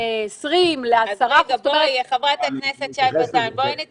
לאיזה מספר?